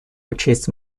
учесть